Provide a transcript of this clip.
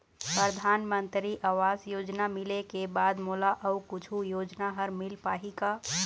परधानमंतरी आवास योजना मिले के बाद मोला अऊ कुछू योजना हर मिल पाही का?